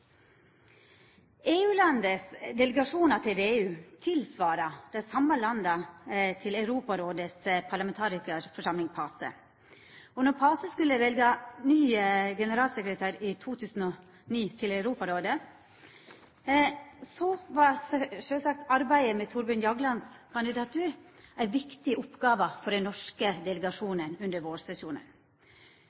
delegasjonar til VEU tilsvarer dei same landas delegasjonar til Europarådets parlamentarikarforsamling, PACE. Da PACE skulle velja ny generalsekretær i 2009 til Europarådet, var sjølvsagt arbeidet med Thorbjørn Jaglands kandidatur ei viktig oppgåve for den norske delegasjonen under vårsesjonen.